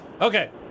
Okay